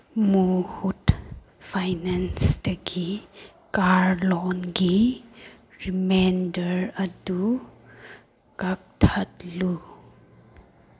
ꯃꯨꯍꯨꯠ ꯐꯥꯏꯅꯥꯟꯁꯇꯒꯤ ꯀꯥꯔ ꯂꯣꯟꯒꯤ ꯔꯤꯃꯦꯟꯗꯔ ꯑꯗꯨ ꯀꯛꯊꯠꯂꯨ